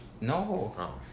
No